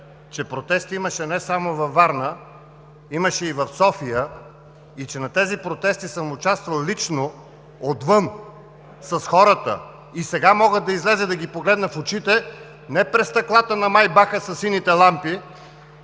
че протести имаше не само във Варна, имаше и в София и че на тези протести съм участвал лично отвън с хората. И сега мога да изляза и да ги погледна в очите не през стъклата на „Майбах“-а със сините лампи,